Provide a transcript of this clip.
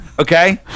Okay